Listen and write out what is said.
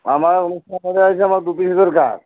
আমার অনুষ্ঠান আমার দু দরকার